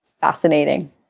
Fascinating